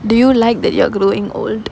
do you like that you are growing old